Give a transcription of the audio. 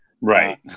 Right